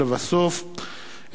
לבסוף,